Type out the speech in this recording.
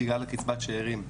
בגלל הקצבת שארים.